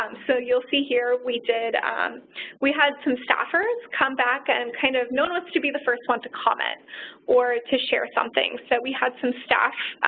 um so you'll see here we did we had some staffers come back and kind of. no one wants to be the first one to comment or to share something. so we had some staff